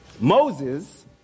Moses